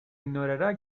ignorará